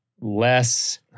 less